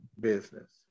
business